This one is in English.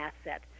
asset